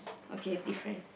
okay different